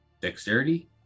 dexterity